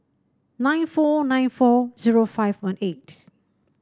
nine four nine four zero five one eight